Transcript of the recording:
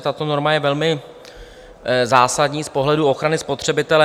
Tato norma je velmi zásadní z pohledu ochrany spotřebitele.